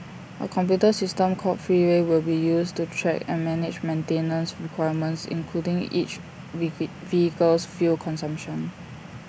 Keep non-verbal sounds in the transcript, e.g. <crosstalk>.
A computer system called Freeway will be used to track and manage maintenance requirements including each <unintelligible> vehicle's fuel consumption